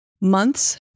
months